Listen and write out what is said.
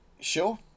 sure